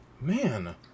Man